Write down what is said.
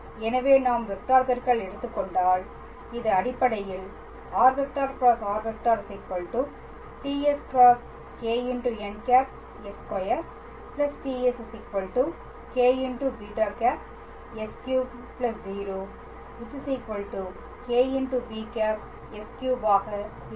எனவே நாம் வெக்டார் பெருக்கல் எடுத்துக் கொண்டால் இது அடிப்படையில் r × r ts × κn̂s2 ts κb̂s3 0 κb̂s3ஆக இருக்கும்